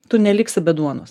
tu neliksi be duonos